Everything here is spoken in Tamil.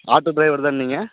ஆட்டோ டிரைவர்தானே நீங்கள்